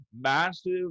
massive